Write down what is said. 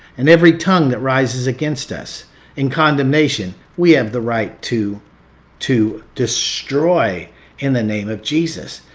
and every tongue that rises against us in condemnation we have the right to to destroy in the name of jesus.